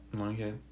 Okay